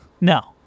No